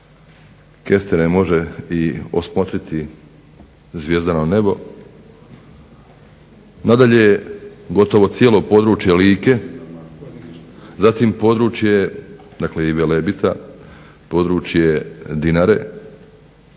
kestene može i osmotriti zvjezdano nebo. Nadalje, gotovo cijelo područje Like, zatim područje dakle i Velebita, područje Dinare,